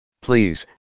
Please